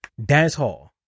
dancehall